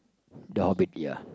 the Hobbit ya